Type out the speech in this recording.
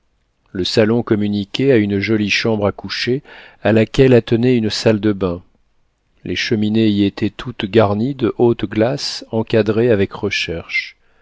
le salon communiquait à une jolie chambre à coucher à laquelle attenait une salle de bain les cheminées y étaient toutes garnies de hautes glaces encadrées avec recherche